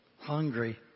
hungry